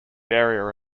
area